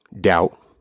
doubt